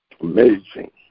Amazing